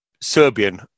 Serbian